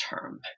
term